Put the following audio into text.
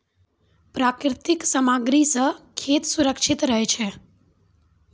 प्राकृतिक सामग्री सें खेत सुरक्षित रहै छै